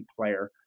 player